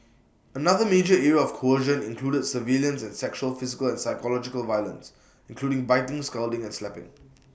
another major area of coercion included surveillance and sexual physical and psychological violence including biting scalding and slapping